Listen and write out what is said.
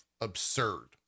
absurd